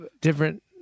different